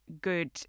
good